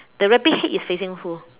the rabbit head is facing who